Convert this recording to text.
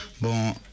bon